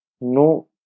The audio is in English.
no